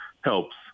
helps